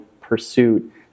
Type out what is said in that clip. pursuit